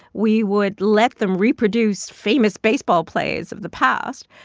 we would let them reproduce famous baseball plays of the past,